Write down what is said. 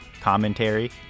commentary